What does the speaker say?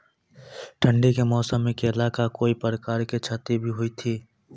ठंडी के मौसम मे केला का कोई प्रकार के क्षति भी हुई थी?